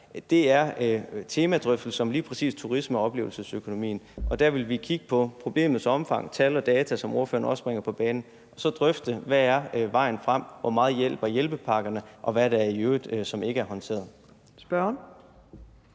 er en temadrøftelse om lige præcis turisme og oplevelsesøkonomi, og der vil vi kigge på problemets omfang, tal og data, som ordføreren også bringer på banen, og så skal vi drøfte, hvad vejen frem er: Hvor meget hjælper hjælpepakkerne, og hvad er der i øvrigt, som ikke er håndteret?